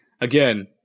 Again